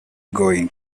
going